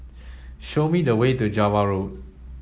show me the way to Java Road